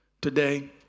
Today